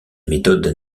méthodes